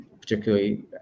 particularly